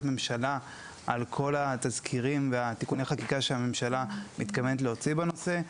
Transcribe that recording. ממשלה על כל התזכירים ותיקוני החקיקה שהממשלה מתכוונת להוציא בנושא.